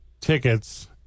tickets